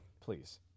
Please